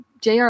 JR